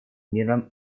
мирном